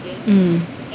mm